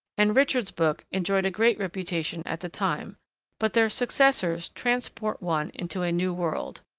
and richard's book enjoyed a great reputation at the time but their successors transport one into a new world.